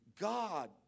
God